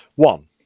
One